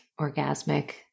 orgasmic